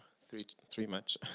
three three much.